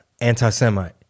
anti-Semite